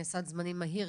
סד זמנים מהיר.